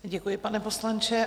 Děkuji, pane poslanče.